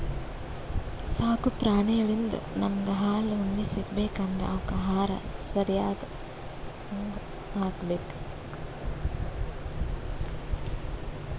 ಸಾಕು ಪ್ರಾಣಿಳಿಂದ್ ನಮ್ಗ್ ಹಾಲ್ ಉಣ್ಣಿ ಸಿಗ್ಬೇಕ್ ಅಂದ್ರ ಅವಕ್ಕ್ ಆಹಾರ ಸರ್ಯಾಗ್ ಹಾಕ್ಬೇಕ್